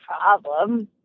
problem